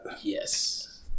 Yes